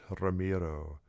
Ramiro